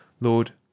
lord